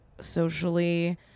socially